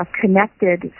connected